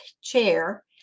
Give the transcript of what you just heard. chair